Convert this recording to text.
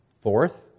Fourth